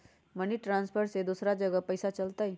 Money transfer से दूसरा जगह पईसा चलतई?